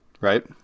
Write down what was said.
Right